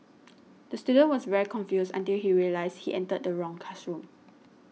the student was very confused until he realised he entered the wrong classroom